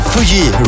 Fuji